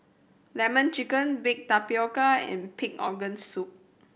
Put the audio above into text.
Lemon Chicken baked tapioca and pig organ soup